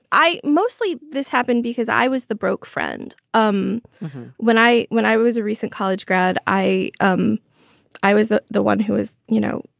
i mostly this happened because i was the broke friend. um when i when i was a recent college grad, i thought um i was the the one who was, you know,